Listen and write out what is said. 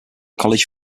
college